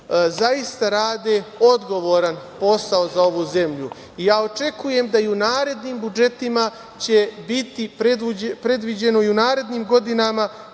zaista rade odgovoran posao za ovu zemlju. Očekujem da i u narednim budžetima će biti predviđeno i u narednim godinama